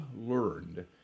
learned